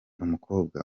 umukobwa